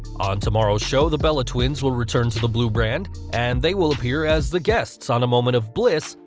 on tomorrow's show, the bella twins will return to the blue brand, and they will appear as the guests on a moment of bliss,